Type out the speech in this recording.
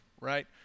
right